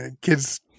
Kid's